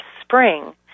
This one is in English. spring